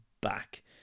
back